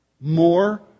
more